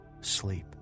sleep